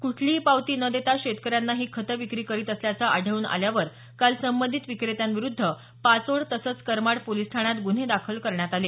कुठलीही पावती न देता शेतकऱ्यांना ही खते विक्री करीत असल्याचे आढळून आल्यावर काल संबंधित विक्रेत्यांविरुद्ध पाचोड तसंच करमाड पोलीस ठाण्यात गुन्हे दाखल करण्यात आले